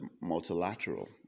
multilateral